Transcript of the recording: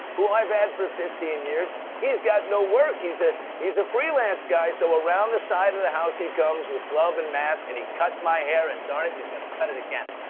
who i've had for fifteen years, he's got no work. he's ah he's a freelance guy. so around the side of the house, he comes with glove and mask and he cut my hair. and darn it, he's gonna cut it again.